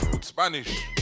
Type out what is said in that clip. Spanish